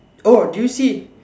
oh do you see